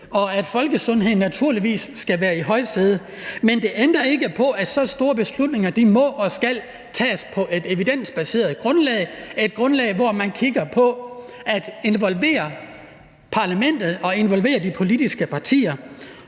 og at folkesundheden naturligvis skal være i højsædet, men det ændrer ikke på, at så store beslutninger må og skal tages på et evidensbaseret grundlag – et grundlag, hvor man kigger på at involvere parlamentet og involvere de politiske partier.